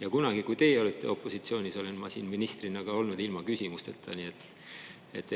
ka. Kunagi, kui teie olite opositsioonis, olen ma siin ministrina ka olnud ilma küsimusteta.